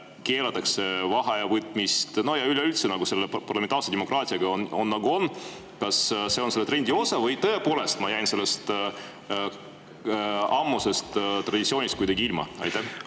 keelatakse vaheaja võtmist ja üleüldse on selle parlamentaarse demokraatiaga, nagu on. Kas see on selle trendi osa või ma tõepoolest olen sellest ammusest traditsioonist kuidagi ilma